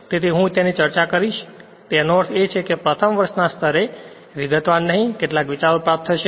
તેથી હું તેની ચર્ચા કરીશ તેનો અર્થ એ છે કે પ્રથમ વર્ષના સ્તરે વિગતવાર નહીં કેટલાક વિચારો પ્રાપ્ત થશે